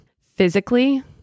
physically